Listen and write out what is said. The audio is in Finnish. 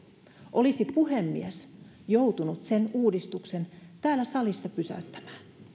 olisi puhemies joutunut sen uudistuksen täällä salissa pysäyttämään